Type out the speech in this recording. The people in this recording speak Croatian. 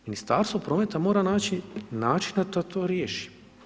Ministarstvo prometa mora naći načina da to riješi.